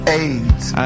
aids